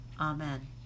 Amen